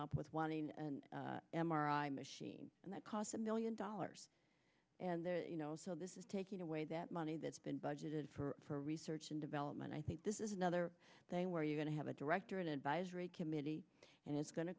up with one and m r i machine and that costs a million dollars and there you know so this is taking away that money that's been budgeted for research and development i think this is another thing where you're going to have a director an advisory committee and it's go